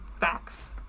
facts